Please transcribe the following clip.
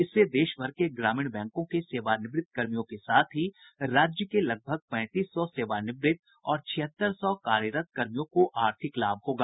इससे देशभर के ग्रामीण बैंकों के सेवानिवृत कर्मियों के साथ ही राज्य के लगभग पैंतीस सौ सेवानिवृत और छिहत्तर सौ कार्यरत कर्मियों को आर्थिक लाभ होगा